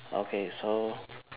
okay so